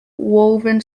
woven